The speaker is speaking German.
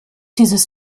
dieses